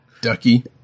Ducky